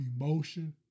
emotion